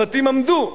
הבתים עמדו.